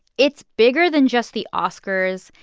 it's bigger than just the oscars,